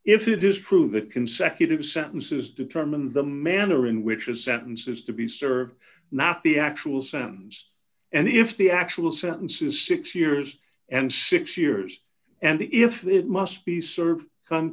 if it is true that consecutive sentences determine the manner in which a sentence is to be served not the actual sends and if the actual sentence is six years and six years and the if it must be served